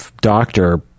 doctor